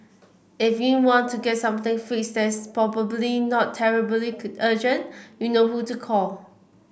if you want to get something fixed that is probably not terribly urgent you know who to call